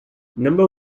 number